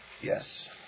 Yes